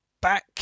Back